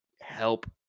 help